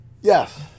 Yes